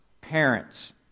parents